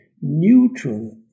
neutral